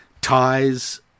ties